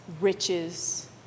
Riches